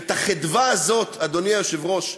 ואת החדווה הזאת, אדוני היושב-ראש,